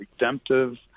redemptive